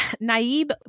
Naib